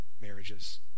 marriages